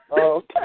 Okay